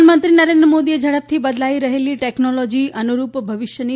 પ્રધાનમંત્રી નરેન્દ્ર મોદીએ ઝડપથી બદલાઈ રહેલી ટેકનોલોજી અનુરૂપ ભવિષ્યની